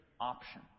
option